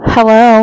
Hello